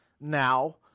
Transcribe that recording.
now